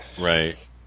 Right